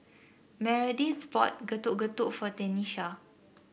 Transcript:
Meredith bought Getuk Getuk for Tenisha